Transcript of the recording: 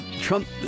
Trump